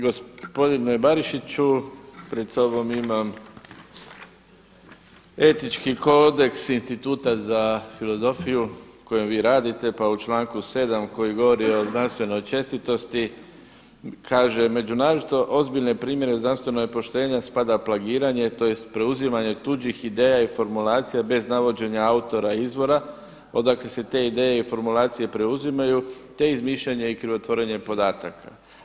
Gospodine Barišiću pred sobom imam Etički kodeks Instituta za filozofiju u kojem vi radite, pa u članku 7. koji govori o znanstvenoj čestitosti kaže: „Među naročito ozbiljne primjere znanstvenog poštenja spada plagiranje tj. preuzimanje tuđih ideja i formulacija bez navođenja autora i izvora odakle se te ideje i formulacije preuzimaju te izmišljanje i krivotvorenje podataka.